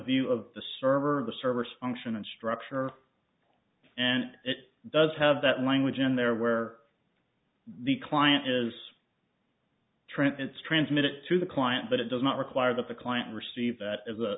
view of the server or the service function and structure and it does have that language in there where the client is trent it's transmitted to the client but it does not require that the client receive that as